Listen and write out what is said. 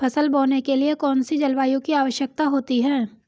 फसल बोने के लिए कौन सी जलवायु की आवश्यकता होती है?